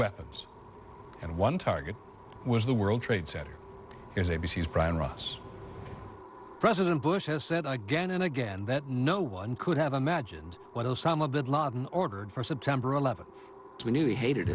weapons and one target was the world trade center here's a b c s brian ross president bush has said again and again that no one could have imagined what osama bin laden ordered for september eleventh we knew he hated